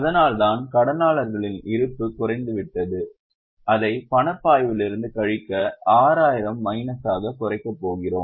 அதனால்தான் கடனாளர்களின் இருப்பு குறைந்துவிட்டது அதை பணப்பாய்விலிருந்து கழிக்க 6000 மைனஸாக குறைக்கப் போகிறோம்